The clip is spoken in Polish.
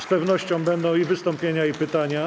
Z pewnością będą i wystąpienia, i pytania.